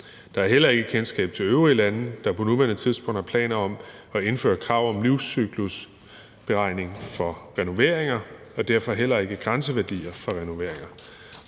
Der er heller ikke kendskab til øvrige lande, der på nuværende tidspunkt har planer om at indføre krav om livscyklusberegning for renoveringer og derfor heller ikke grænseværdier for renoveringer.